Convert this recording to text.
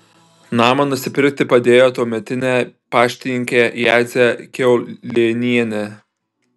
namą nusipirkti padėjo tuometinė paštininkė jadzė kiaulėnienė